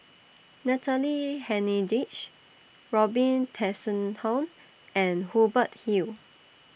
Natalie Hennedige Robin Tessensohn and Hubert Hill